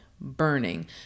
burning